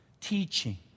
teaching